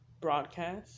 broadcast